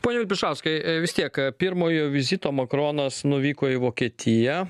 pone vilpišauskai vis tiek pirmojo vizito makronas nuvyko į vokietiją